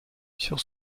sur